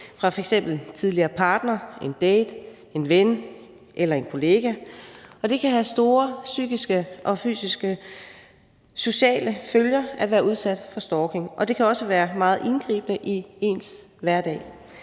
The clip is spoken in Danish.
fra f.eks. en tidligere partner, en date, en ven eller en kollega, og det kan have store psykiske, fysiske og sociale følger at være udsat for stalking, og det kan også være meget indgribende i ens hverdag.